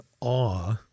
awe